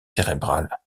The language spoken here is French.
cérébrale